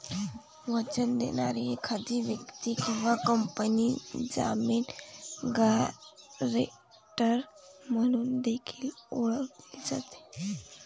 वचन देणारी एखादी व्यक्ती किंवा कंपनी जामीन, गॅरेंटर म्हणून देखील ओळखली जाते